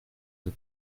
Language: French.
des